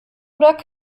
oder